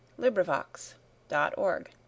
LibriVox.org